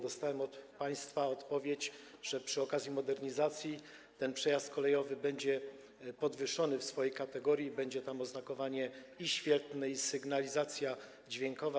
Dostałem od państwa odpowiedź, że przy okazji modernizacji ten przejazd kolejowy będzie miał podwyższoną kategorię, będzie tam i oznakowanie świetlne, i sygnalizacja dźwiękowa.